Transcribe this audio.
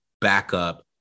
backup